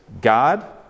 God